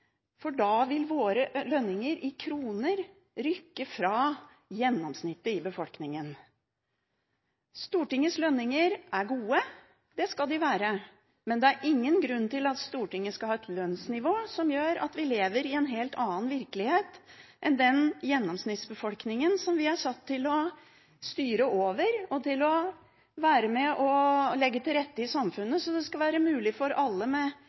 for da vil våre lønninger i kroner rykke fra gjennomsnittet i befolkningen. Stortingets lønninger er gode – det skal de være. Men det er ingen grunn til at Stortinget skal ha et lønnsnivå som gjør at vi lever i en helt annen virkelighet enn gjennomsnittsbefolkningen som vi er satt til å styre over og til å være med og legge til rette for så det skal være mulig for alle med